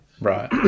Right